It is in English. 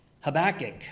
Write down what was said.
Habakkuk